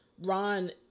Ron